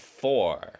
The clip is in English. four